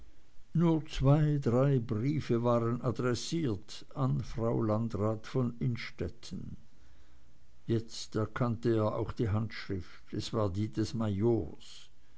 nur zwei drei briefe waren adressiert an frau landrat von innstetten er erkannte jetzt auch die handschrift es war die des